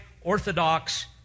Orthodox